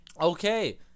Okay